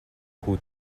хүү